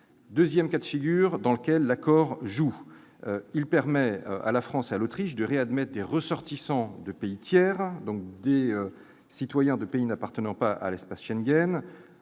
Deuxième cas de figure, l'accord permet à la France et à l'Autriche de réadmettre des ressortissants de pays tiers, c'est-à-dire des citoyens de pays n'appartenant pas à l'espace Schengen,